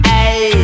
Hey